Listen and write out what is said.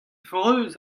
frouezh